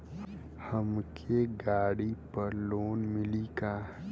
हमके गाड़ी पर लोन मिली का?